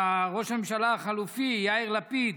ראש הממשלה החליפי יאיר לפיד,